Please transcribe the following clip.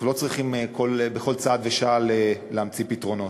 אנחנו לא צריכים בכל צעד ושעל להמציא פתרונות.